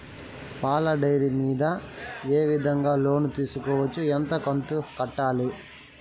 పాల డైరీ మీద ఏ విధంగా లోను తీసుకోవచ్చు? ఎంత కంతు కట్టాలి?